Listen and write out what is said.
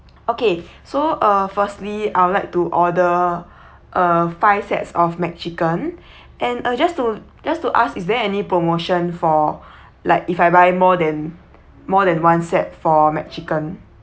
okay so uh firstly I would like to order uh five sets of mac chicken and uh just to just to ask is there any promotion for like if I buy more than more than one set for mac chicken